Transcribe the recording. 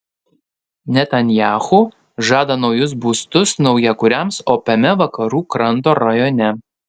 netanyahu žada naujus būstus naujakuriams opiame vakarų kranto rajone